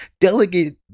delegate